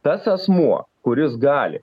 tas asmuo kuris gali